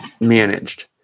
managed